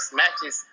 matches